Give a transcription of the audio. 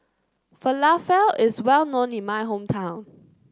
Falafel is well known in my hometown